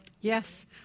Yes